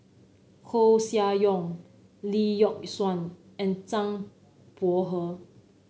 Koeh Sia Yong Lee Yock Suan and Zhang Bohe